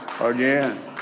again